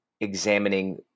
examining